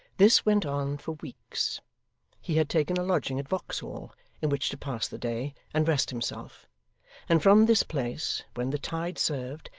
this went on for weeks he had taken a lodging at vauxhall in which to pass the day and rest himself and from this place, when the tide served,